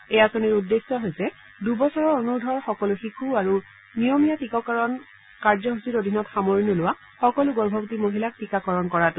এই আঁচনিৰ উদ্দেশ্যে হৈছে দুবছৰৰ অনুৰ্ধৰ সকলো শিশুকে আৰু নিয়মীয়া টীকাকৰণ কাৰ্যসূচীৰ অধীনত সামৰি নোলোৱা সকলো গৰ্ভৱতী মহিলাক টীকাকৰণ কৰাটো